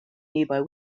nearby